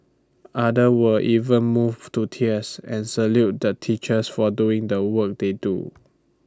others were even moved to tears and saluted the teachers for doing the work they do